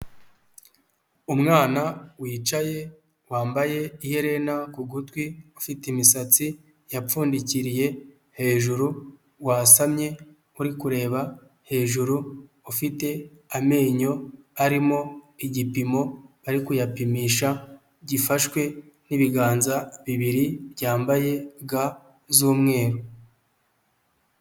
Umwana wicaye wambaye iherena ku gutwi ufite imisatsi yapfundikiriye hejuru wasamye uri kureba hejuru, ufite amenyo arimo igipimo ari kuyapimisha gifashwe n'ibiganza bibiri byambaye ga z'umweru.